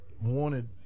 wanted